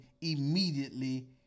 immediately